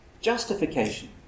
justification